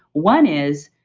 one is,